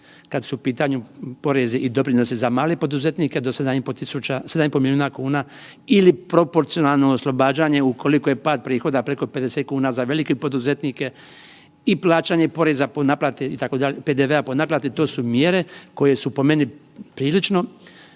kad su u pitanju porezi i doprinosi za male poduzetnike do 7,5 milijuna kuna ili proporcionalno oslobađanje ukoliko je pad prihoda preko 50 kuna za velike poduzetnike i plaćanje poreza po naplati itd., PDV-a po naplati to su mjere koje su po meni prilično